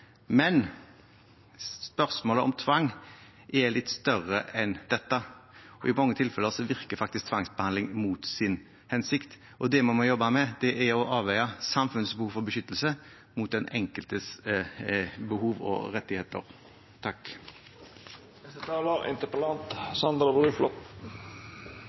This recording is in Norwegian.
Men spørsmålet om tvang er litt større enn dette. I mange tilfeller virker faktisk tvangsbehandling mot sin hensikt. Det vi må jobbe med, er å avveie samfunnets behov for beskyttelse mot den enkeltes behov og rettigheter.